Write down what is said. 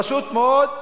פשוט מאוד,